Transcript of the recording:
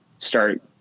start